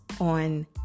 on